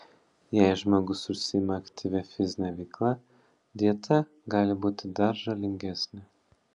jei žmogus užsiima aktyvia fizine veikla dieta gali būti dar žalingesnė